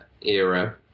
era